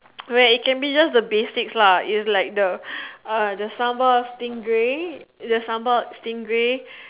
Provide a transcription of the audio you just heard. where it can be just the basics lah it's like the sambal stingray the sambal stingray